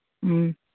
ꯎꯝ